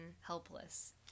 Helpless